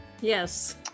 Yes